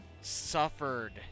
suffered